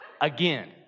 again